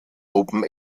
open